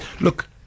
Look